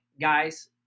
Guys